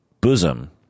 bosom